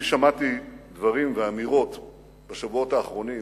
אני שמעתי בשבועות האחרונים